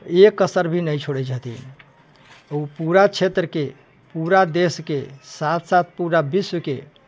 एक असर भी नै छोड़ै छथिन ओ पूरा क्षेत्र के पूरा देश के साथ साथ पूरा विश्व के